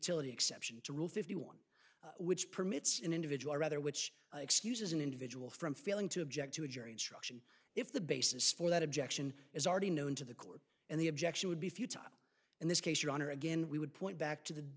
futility exception to rule fifty one which permits an individual rather which excuses an individual from failing to object to a jury instruction if the basis for that objection is already known to the court and the objection would be futile in this case your honor again we would point back to the